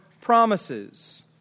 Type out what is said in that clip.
promises